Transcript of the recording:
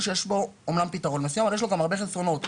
שיש בו פתרונות אבל יש גם הרבה חסרונות,